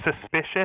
suspicious